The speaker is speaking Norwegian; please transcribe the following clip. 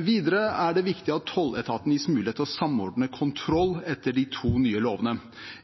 Videre er det viktig at tolletaten gis mulighet til å samordne kontroll etter de to nye lovene.